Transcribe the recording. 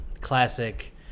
classic